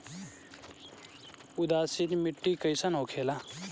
उदासीन मिट्टी कईसन होखेला?